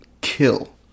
kill